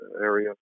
area